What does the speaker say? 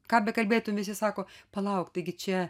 ką bekalbėtum visi sako palauk taigi čia